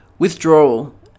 Withdrawal